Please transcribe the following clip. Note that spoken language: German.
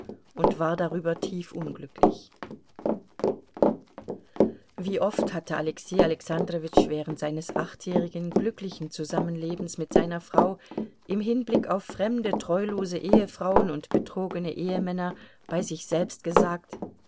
und war darüber tief unglücklich wie oft hatte alexei alexandrowitsch während seines achtjährigen glücklichen zusammenlebens mit seiner frau im hinblick auf fremde treulose ehefrauen und betrogene ehemänner bei sich selbst gesagt